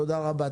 תודה רבה.